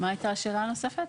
מה הייתה השאלה הנוספת?